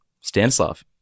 Stanislav